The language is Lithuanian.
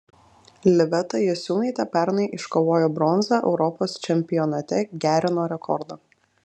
liveta jasiūnaitė pernai iškovojo bronzą europos čempionate gerino rekordą